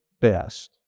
best